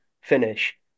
finish